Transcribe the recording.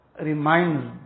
reminds